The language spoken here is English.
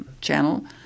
Channel